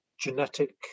genetic